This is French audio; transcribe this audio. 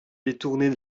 détourner